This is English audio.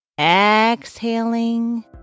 exhaling